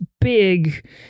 big